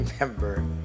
remember